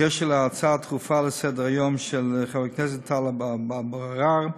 בקשר להצעה הדחופה לסדר-היום של חבר הכנסת טלב אבו עראר,